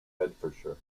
bedfordshire